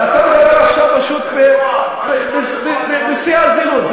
אתה מדבר עכשיו פשוט בשיא הזילות.